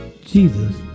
Jesus